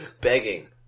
begging